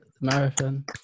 marathon